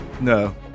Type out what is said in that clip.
No